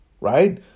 right